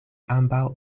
ambaŭ